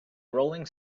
rolling